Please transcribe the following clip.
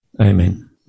Amen